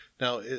Now